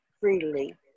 freely